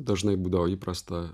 dažnai būdavo įprasta